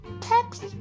text